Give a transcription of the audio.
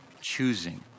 choosing